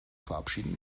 verabschieden